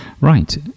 Right